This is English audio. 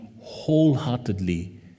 wholeheartedly